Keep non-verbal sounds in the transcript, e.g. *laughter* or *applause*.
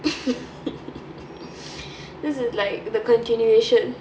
*laughs* this is like the continuation